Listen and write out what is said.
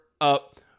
up